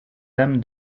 dame